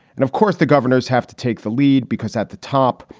and, of course, the governors have to take the lead because at the top,